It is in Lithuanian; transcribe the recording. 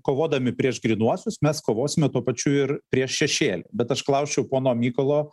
kovodami prieš grynuosius mes kovosime tuo pačiu ir prieš šešėlį bet aš klausčiau pono mykolo